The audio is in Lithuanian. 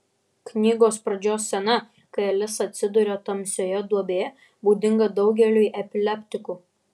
knygos pradžios scena kai alisa atsiduria tamsioje duobėje būdinga daugeliui epileptikų